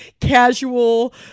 casual